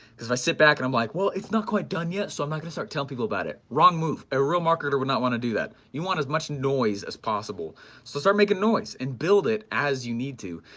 cause if i sit back and i'm like, well it's not quite done yet so i'm not gonna start telling people about it, wrong move, a real marketer would not wanna do that, you want as much noise as possible, so start making noise and build it as you need to.